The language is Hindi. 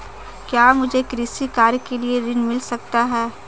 क्या मुझे कृषि कार्य के लिए ऋण मिल सकता है?